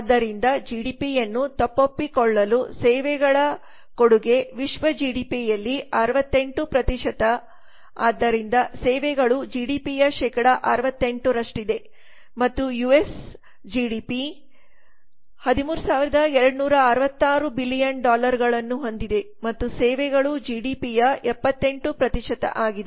ಆದ್ದರಿಂದಜಿಡಿಪಿಯನ್ನುತಪ್ಪೊಪ್ಪಿಕೊಳ್ಳಲು ಸೇವೆಗಳ ಕೊಡುಗೆವಿಶ್ವ ಜಿಡಿಪಿಯಲ್ಲಿ 68 ಆದ್ದರಿಂದ ಸೇವೆಗಳು ಜಿಡಿಪಿಯ ಶೇಕಡಾ 68 ರಷ್ಟಿದೆ ಮತ್ತು ಯುಎಸ್ ಜಿಡಿಪಿ 13266 ಬಿಲಿಯನ್ ಡಾಲರ್ಗಳನ್ನು ಹೊಂದಿದೆ ಮತ್ತು ಸೇವೆಗಳು ಜಿಡಿಪಿಯ 78 ಆಗಿದೆ